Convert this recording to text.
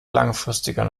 langfristiger